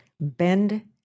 bend